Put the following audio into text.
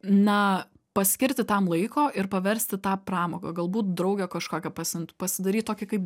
na paskirti tam laiko ir paversti tą pramoga galbūt draugę kažkokią pasiimt pasidaryt tokį kaip